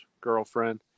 girlfriend